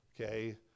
Okay